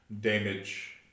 damage